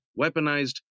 weaponized